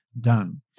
done